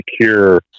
secure